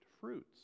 fruits